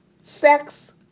sex